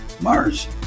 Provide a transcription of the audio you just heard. Mars